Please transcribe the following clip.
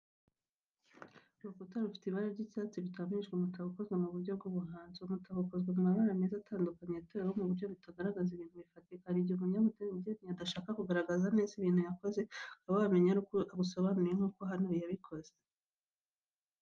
Urukuta rufite ibara ry’icyatsi rutamirijwe umutako ukoze mu buryo bw’ubuhanzi. Uwo mutako ukozwe mu mabara meza atandukanye yateweho mu buryo butagaragaza ibintu bifatika. Hari igihe umunyabugeni adashaka kugaragaza neza ikintu yakoze, ukaba wakimenya aruko akigusobanuriye nk'uko hano yabikoze.